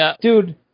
Dude